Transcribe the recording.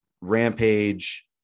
Rampage